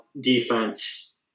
defense